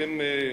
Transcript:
אתם,